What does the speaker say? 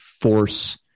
force